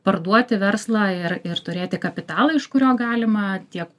parduoti verslą ir ir turėti kapitalą iš kurio galima tiek